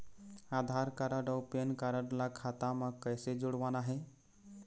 आधार card अऊ PAN card ला खाता म कइसे जोड़वाना हे?